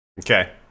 Okay